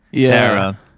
sarah